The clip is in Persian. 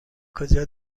کجا